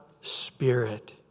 Spirit